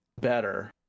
better